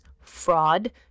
fraud